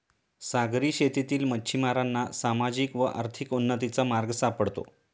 सागरी शेतीतील मच्छिमारांना सामाजिक व आर्थिक उन्नतीचा मार्ग सापडतो